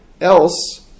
else